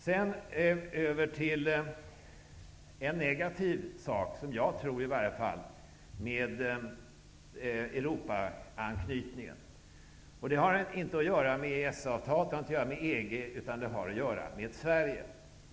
Sedan går jag över till en negativ sak med Europaanknytningen. Det har inte att göra med EES-avtalet eller med EG, utan det har att göra med Sverige.